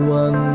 one